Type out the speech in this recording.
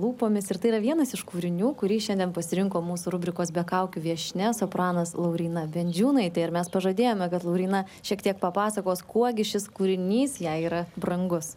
lūpomis ir tai yra vienas iš kūrinių kurį šiandien pasirinko mūsų rubrikos be kaukių viešnia sopranas lauryna bendžiūnaitė ir mes pažadėjome kad lauryna šiek tiek papasakos kuo gi šis kūrinys jai yra brangus